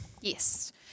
Yes